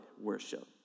worship